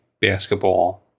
basketball